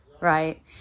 right